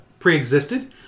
preexisted